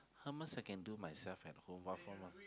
hummus I can do myself at home what for want